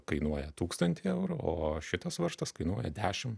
kainuoja tūkstantį eurų o šitas varžtas kainuoja dešim